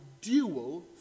dual